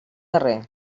darrer